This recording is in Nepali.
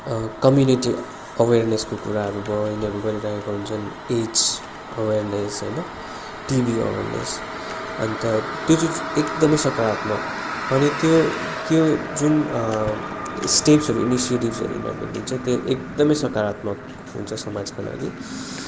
कम्युनिटी अवेरनेसको कुराहरू भयो यिनीहरू गरिरहेको हुन्छन् इच्स अवेरनेस होइन टिबी अवेरनेस अन्त त्यो एकदमै सकारात्मक हो अनि त्यो त्यो जुन स्टेप्सहरू इनिसियेटिभ्सहरू यिनीहरूले लिन्छ त्यो एकदमै सकारात्मक हुन्छ समाजका लागि